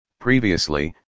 Previously